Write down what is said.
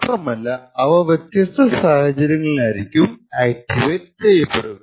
മാത്രമല്ല അവ വ്യത്യസ്ത സാഹചര്യങ്ങളിലായിരിക്കും ആക്ടിവേറ്റ് ചെയ്യപ്പെടുക